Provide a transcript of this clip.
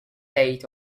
date